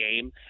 game